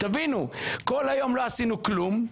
תבינו, כול היום לא עשינו כלום,